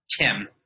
Tim